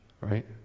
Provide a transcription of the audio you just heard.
right